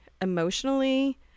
emotionally